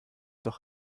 doch